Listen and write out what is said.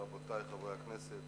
רבותי חברי הכנסת,